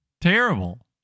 terrible